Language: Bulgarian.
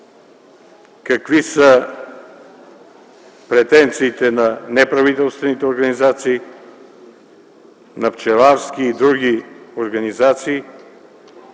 какви са претенциите на неправителствените организации, на пчеларски и други организации